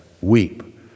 weep